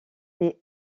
des